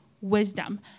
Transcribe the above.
wisdom